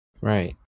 Right